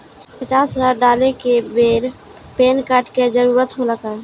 पचास हजार डाले के बेर पैन कार्ड के जरूरत होला का?